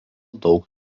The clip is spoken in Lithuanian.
daug